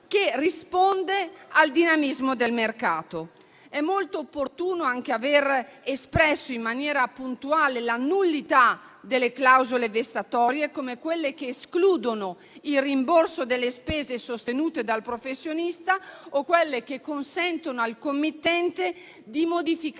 che risponde al dinamismo del mercato. È molto opportuno aver espresso in maniera puntuale la nullità delle clausole vessatorie, come quelle che escludono il rimborso delle spese sostenute dal professionista o quelle che consentono al committente di modificare